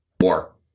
war